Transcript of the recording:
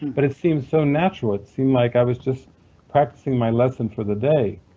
but it seemed so natural, it seemed like i was just practicing my lesson for the day.